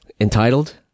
entitled